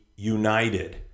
united